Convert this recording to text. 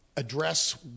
address